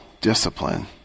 discipline